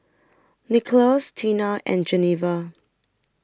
Nickolas Teena and Geneva